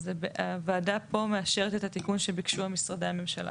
הוועדה פה מאשרת את התיקון שביקשו משרדי הממשלה.